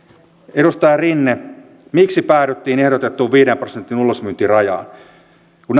edustaja rinne miksi päädyttiin ehdotettuun viiden prosentin ulosmyyntirajaan kun